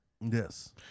Yes